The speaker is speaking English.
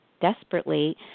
desperately